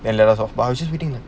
எல்லாரும்:ellarum but I actually think